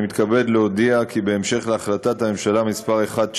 אני מתכבד להודיע כי בהמשך להחלטת הממשלה מס' 1754,